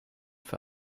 für